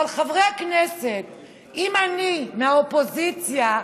אבל, חברי הכנסת, אם אני, מהאופוזיציה,